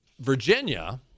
Virginia